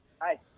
Hi